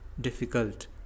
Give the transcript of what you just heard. difficult